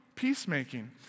peacemaking